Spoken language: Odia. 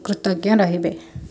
କୃତଜ୍ଞ ରହିବେ